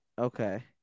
Okay